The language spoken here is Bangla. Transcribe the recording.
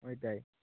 ওইটাই